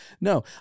no